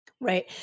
Right